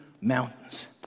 mountains